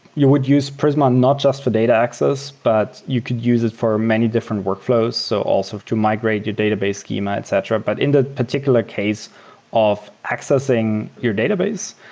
you would use prisma not just for data access, but you could use it for many different workflows, so also to migrate your database schema, etc. but in that particular case of accessing your database,